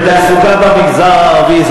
ותעסוקה במגזר הערבי,